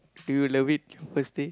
do you love it firstly